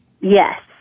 Yes